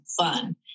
fun